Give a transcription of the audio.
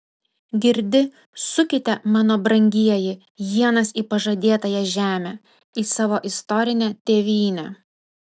girdi sukite mano brangieji ienas į pažadėtąją žemę į savo istorinę tėvynę